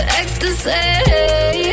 ecstasy